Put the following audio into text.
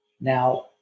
Now